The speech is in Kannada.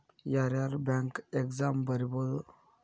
ಯಾರ್ಯಾರ್ ಬ್ಯಾಂಕ್ ಎಕ್ಸಾಮ್ ಬರಿಬೋದು